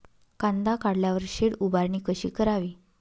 कांदा काढल्यावर शेड उभारणी कशी करावी?